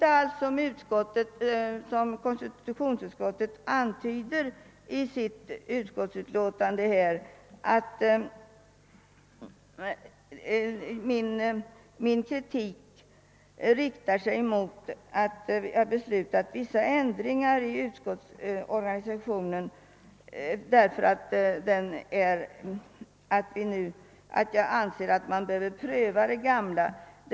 Det förhåller sig inte alls så, som konstitutionsutskottet antyder i sitt utlåtande, nämligen att min kritik riktar sig mot att vi beslutar vissa ändringar i utskottsorganisationen så snart efter ett grundlagsbeslut och att jag anser att man bort pröva den gamla organisationen en tid.